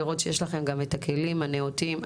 לכם גם את הכלים הנאותים.